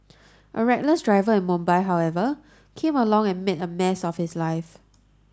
a reckless driver in Mumbai however came along and made a mess of his life